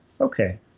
okay